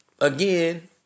Again